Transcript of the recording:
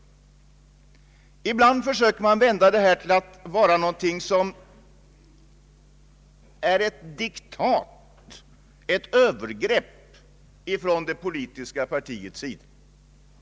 Ibland försöker man framhålla detta som ett diktat, ett övergrepp från det politiska partiets sida.